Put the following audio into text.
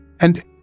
And